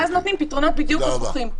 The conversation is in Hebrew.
ואז נותנים פתרונות בדיוק הפוכים.